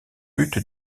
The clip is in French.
but